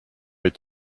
vais